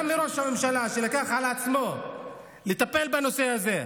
גם מראש הממשלה, שלקח על עצמו לטפל בנושא הזה,